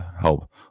help